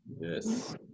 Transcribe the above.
Yes